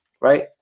right